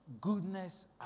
goodness